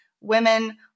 women